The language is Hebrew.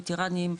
וטרנים,